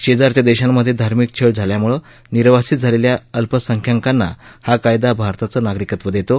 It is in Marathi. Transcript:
शेजारच्या देशांमधे धार्मिक छळ झाल्यामुळं निर्वासित झालेल्या अल्पसंख्याकांना हा कायदा भारताचं नागरिकत्व देतो